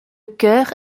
cœur